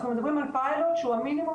אנחנו מדברים על פיילוט שהוא המינימום